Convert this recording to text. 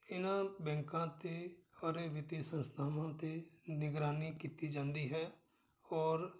ਇਹਨਾਂ ਬੈਂਕਾਂ 'ਤੇ ਔਰ ਇਹ ਵਿੱਤੀ ਸੰਸਥਾਵਾਂ 'ਤੇ ਨਿਗਰਾਨੀ ਕੀਤੀ ਜਾਂਦੀ ਹੈ ਔਰ